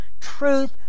Truth